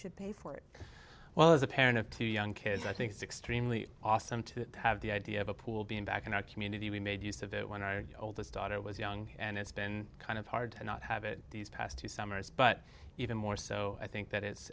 should pay for it well as a parent of two young kids i think it's extremely awesome to have the idea of a pool being back in our community we made use of it when our oldest daughter was young and it's been kind of hard to not have it these past two summers but even more so i think that it's